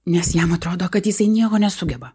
nes jam atrodo kad jisai nieko nesugeba